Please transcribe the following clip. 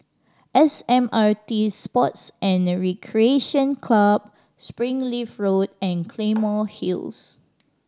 S M R T Sports And Recreation Club Springleaf Road and Claymore Hill